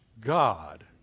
God